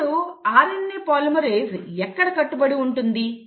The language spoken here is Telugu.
ఇప్పుడు RNA పాలిమరేస్ ఎక్కడ కట్టుబడి ఉంటుంది